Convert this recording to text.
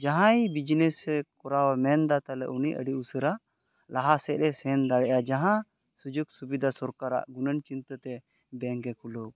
ᱡᱟᱦᱟᱸᱭ ᱵᱤᱡᱽᱱᱮᱥ ᱠᱚᱨᱟᱣ ᱢᱮᱱᱫᱟ ᱛᱟᱦᱚᱞᱮ ᱩᱱᱤ ᱟᱹᱰᱤ ᱩᱥᱟᱹᱨᱟ ᱞᱟᱦᱟ ᱥᱮᱫ ᱮ ᱥᱮᱱ ᱫᱟᱲᱮᱭᱟᱜᱼᱟ ᱡᱟᱦᱟᱸ ᱥᱩᱡᱳᱜᱽ ᱥᱩᱵᱤᱫᱷᱟ ᱥᱚᱨᱠᱟᱨᱟᱜ ᱜᱩᱱᱟᱹᱱ ᱪᱤᱱᱛᱟᱹ ᱛᱮ ᱵᱮᱝᱠᱮ ᱠᱷᱩᱞᱟᱹᱣ ᱠᱟᱫᱟ